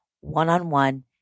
one-on-one